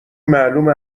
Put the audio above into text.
معلومه